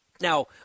Now